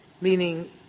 Meaning